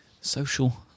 social